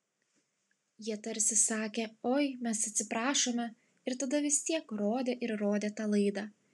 jie tarsi sakė oi mes atsiprašome ir tada vis tiek rodė ir rodė tą laidą